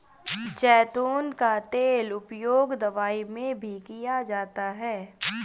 ज़ैतून का तेल का उपयोग दवाई में भी किया जाता है